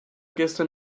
gestern